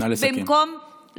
במקום, נא לסכם.